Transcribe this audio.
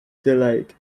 delayed